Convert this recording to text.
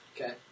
Okay